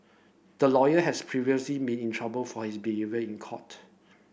the lawyer has previous in been trouble for his behaviour in court